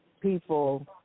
people